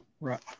right